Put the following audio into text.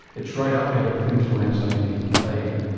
it's right up there with influenza and even plague.